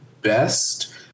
best